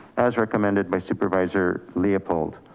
as recommended by supervisor leopold.